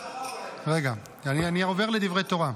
--- אני עובר לדברי תורה.